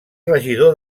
regidor